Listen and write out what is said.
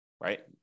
right